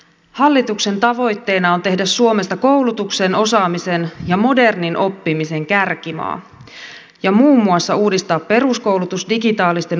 hallituksen tavoitteena on tehdä suomesta koulutuksen osaamisen ja modernin oppimisen kärkimaa ja muun muassa uudistaa peruskoulutus digitaalisten oppimisympäristöjen avulla